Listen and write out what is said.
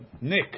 nick